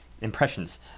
impressions